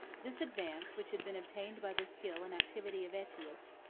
this advance, which had been obtained by the skill and activity of aetius,